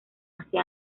hace